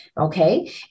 Okay